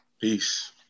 peace